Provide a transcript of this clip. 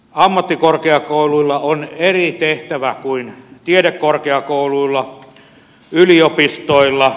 ammattikorkeakouluilla on eri tehtävä kuin tiedekorkeakouluilla yliopistoilla